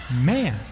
man